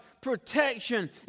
protection